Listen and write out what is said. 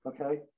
okay